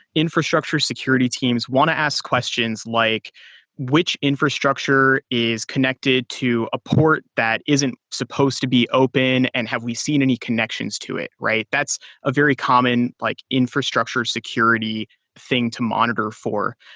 infrastructure security teams want to ask questions like which infrastructure is connected to a port that isn't supposed to be open and have we seen any connections to it? that's a very common like infrastructure security thing to monitor for.